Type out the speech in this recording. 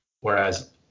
Whereas